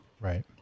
right